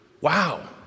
wow